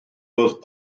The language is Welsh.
oedd